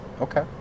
Okay